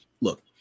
look